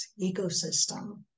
ecosystem